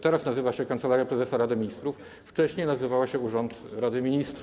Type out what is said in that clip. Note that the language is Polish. Teraz nazywa się Kancelaria Prezesa Rady Ministrów, wcześniej nazywała się Urząd Rady Ministrów.